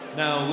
now